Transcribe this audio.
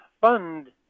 fund